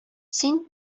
син